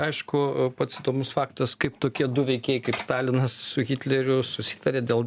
aišku pats įdomus faktas kaip tokie du veikėjai kaip stalinas su hitleriu susitarė dėl